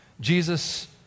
Jesus